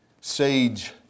sage